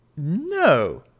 no